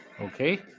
Okay